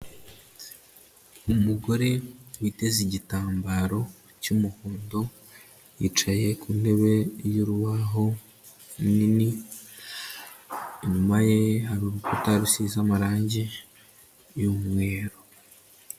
Umugore witeze igitambaro cy'umuhondo yicaye ku ntebe y'urubaho nini, inyuma ye hari urukuta rusize amarangi y'umweru.